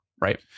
Right